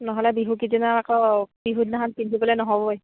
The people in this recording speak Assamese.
নহ'লে বিহুকেইদিনা আকৌ বিহুৰ দিনাখন পিন্ধিবলৈ নহ'বই